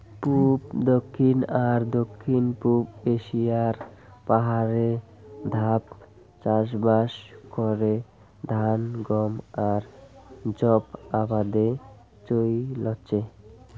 পুব, দক্ষিণ আর দক্ষিণ পুব এশিয়ার পাহাড়ে ধাপ চাষবাস করে ধান, গম আর যব আবাদে চইলচে